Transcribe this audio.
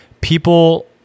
people